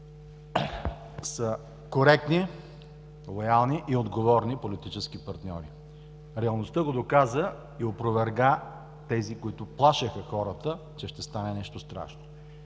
са коректни, лоялни и отговорни политически партньори. Реалността го доказа и опроверга тези, които плашеха хората, че ще стане нещо страшно.